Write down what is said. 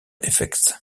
effects